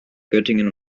göttingen